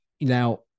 now